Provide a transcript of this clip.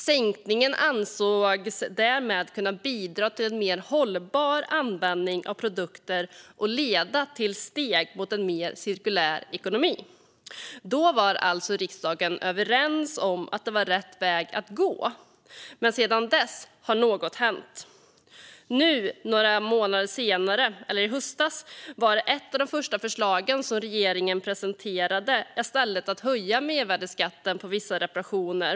Sänkningen ansågs kunna bidra till en mer hållbar användning av produkter och leda till att steg tas mot en mer cirkulär ekonomi. Då var alltså riksdagen överens om att detta var rätt väg att gå, men sedan dess har något hänt. Några månader senare - i höstas - var ett av de första förslag som regeringen presenterade i stället att höja mervärdesskatten för vissa reparationer.